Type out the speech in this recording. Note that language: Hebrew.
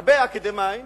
הרבה אקדמאים